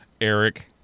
Eric